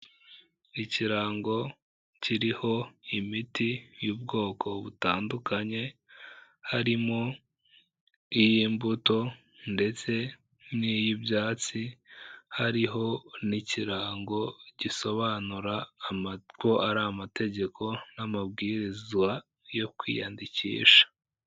Ikirango kiriho imiti y'ubwoko butandukanye, harimo iy'imbuto ndetse n'iy'ibyatsi, hariho n'ikirango gisobanura ko ari amategeko n'amabwizwa yo kwiyandikisha.